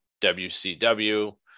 WCW